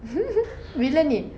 bila ni